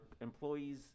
employees